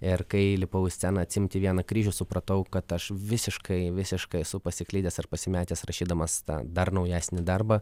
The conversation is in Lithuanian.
ir kai lipau į sceną atsiimti vieną kryžių supratau kad aš visiškai visiškai esu pasiklydęs ar pasimetęs rašydamas tą dar naujesnį darbą